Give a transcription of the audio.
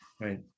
right